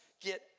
get